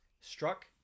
struck